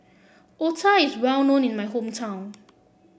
otah is well known in my hometown